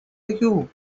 you